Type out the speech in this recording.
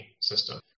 system